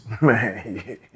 Man